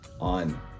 on